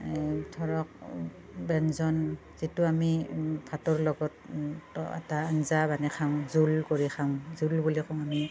ধৰক ব্যঞ্জন যিটো আমি ভাতৰ লগত এটা আঞ্জা বনাই খাওঁ জোল কৰি খাওঁ জোল বুলিয়ে কওঁ আমি